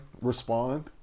respond